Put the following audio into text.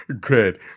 Great